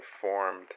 formed